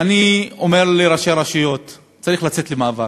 אני אומר לראשי הרשויות: צריך לצאת למאבק.